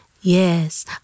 Yes